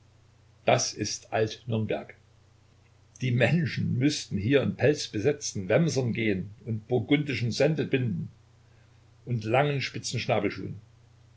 das ist alt-nürnberg die menschen müßten hier in pelzbesetzten wämsern gehen und burgundischen sendelbinden und langen